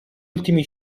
ultimi